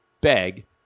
beg